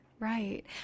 Right